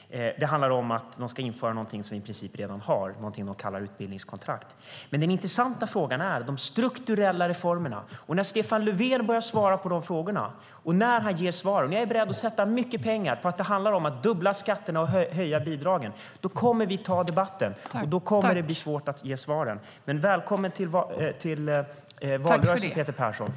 Det handlar om att införa någonting som vi i princip redan har, något som de kallar utbildningskontrakt. Men den intressanta frågan är de strukturella reformerna. Jag är beredd att sätta mycket pengar på att det när Stefan Löfven börjar svara på de frågorna kommer att handla om att dubbla skatterna och höja bidragen. Då kommer vi att ta debatten, och då kommer det att bli svårt att ge svaren. Men välkommen till valrörelsen, Peter Persson!